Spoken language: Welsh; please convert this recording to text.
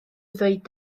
ddeud